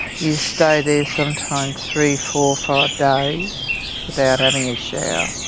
you'd stay there sometimes three, four, five days without having a shower